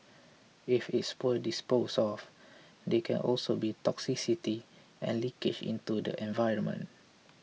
if it's poorly disposed of there can also be toxicity and leakage into the environment